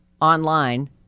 online